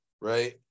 right